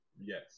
Yes